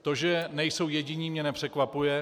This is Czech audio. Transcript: To, že nejsou jediní, mě nepřekvapuje.